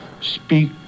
speak